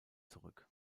zurück